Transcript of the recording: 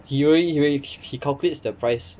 he really he really he he calculates the price